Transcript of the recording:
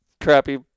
crappy